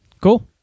Cool